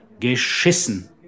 Geschissen